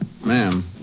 Ma'am